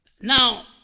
Now